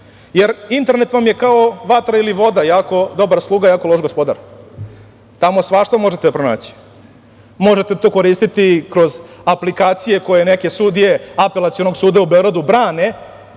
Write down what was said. jer internet vam je kao vatra ili voda – dobar sluga, a jako loš gospodar. Tamo svašta možete pronaći. Možete to koristiti kroz aplikacije koje neke sudije Apelacionog suda u Beogradu brane